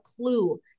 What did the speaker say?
clue